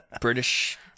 british